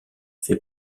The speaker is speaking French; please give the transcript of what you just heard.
fait